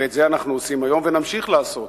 ואת זה אנחנו עושים היום ונמשיך לעשות.